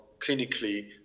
clinically